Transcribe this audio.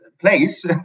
place